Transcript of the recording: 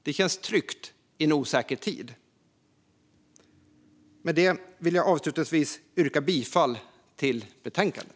Det känns tryggt i en osäker tid, fru talman. Med det vill jag avslutningsvis yrka bifall till förslaget i betänkandet.